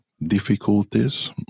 difficulties